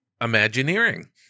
Imagineering